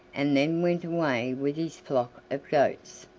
and then went away with his flock of goats.